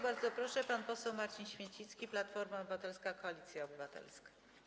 Bardzo proszę, pan poseł Marcin Święcicki, Platforma Obywatelska - Koalicja Obywatelska.